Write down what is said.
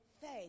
faith